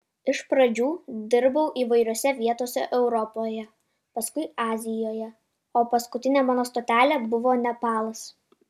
iš pradžių dirbau įvairiose vietose europoje paskui azijoje o paskutinė mano stotelė buvo nepalas